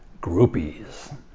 Groupies